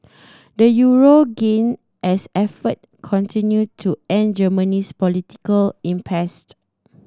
the euro gained as efforts continued to end Germany's political impassed